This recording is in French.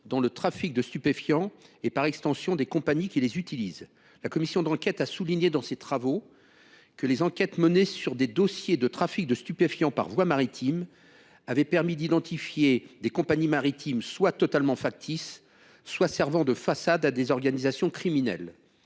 dans le trafic de stupéfiants et, par extension, des compagnies qui les utilisent. La commission d’enquête a souligné dans ses travaux que les investigations menées sur des dossiers de trafic de stupéfiants par voie maritime avaient permis d’identifier des compagnies maritimes soit totalement factices, soit servant de façade à des organisations criminelles.